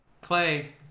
Clay